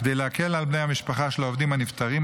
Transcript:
כדי להקל על בני המשפחה של העובדים הנפטרים,